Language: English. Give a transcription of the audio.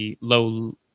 low